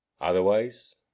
otherwise